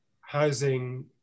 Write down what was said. housing